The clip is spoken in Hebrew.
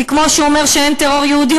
כי כמו שהוא אומר שאין טרור יהודי,